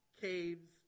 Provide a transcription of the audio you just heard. caves